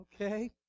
okay